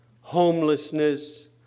homelessness